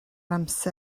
amser